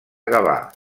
gavà